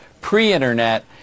pre-internet